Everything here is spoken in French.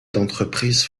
d’entreprises